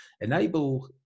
enable